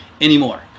anymore